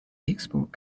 export